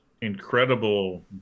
incredible